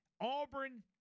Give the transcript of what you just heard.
Auburn